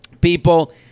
people